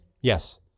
Yes